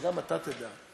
שגם אתה תדע,